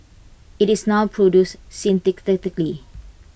IT is now produced synthetically